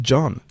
John